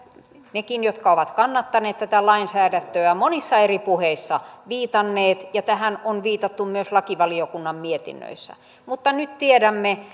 nekin jotka ovat kannattaneet tätä lainsäädäntöä monissa eri puheissa viitanneet ja tähän on viitattu myös lakivaliokunnan mietinnöissä mutta nyt tiedämme